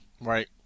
Right